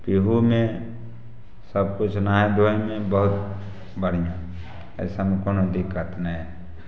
पीहुमे सबकिछु नहाय धोयमे बहुत बढ़िऑं अइसन कोनो दिक्कत नहि है